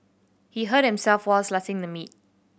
he hurt himself while slicing the meat